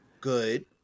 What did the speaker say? good